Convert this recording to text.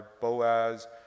Boaz